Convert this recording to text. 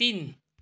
तिन